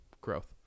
growth